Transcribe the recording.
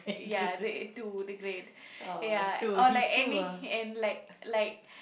ya the to the great ya or like any and like like